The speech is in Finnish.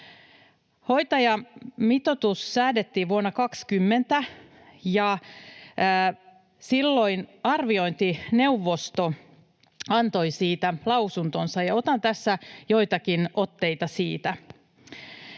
Hoitajamitoitus säädettiin vuonna 20, ja silloin arviointineuvosto antoi siitä lausuntonsa, ja otan tässä joitakin otteita siitä.